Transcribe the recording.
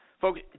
Folks